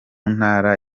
ntara